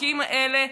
בחוקים האלה,